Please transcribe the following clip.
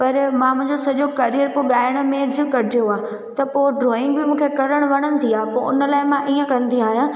पर मां मुंहिंजो सॼो करियर पोइ ॻाइण में कॾियो आहे त पोइ ड्रॉइंग बि मूंखे करणु वणंदी आहे पोइ उन लाइ मां ईअं कंदी आहियां